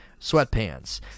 Sweatpants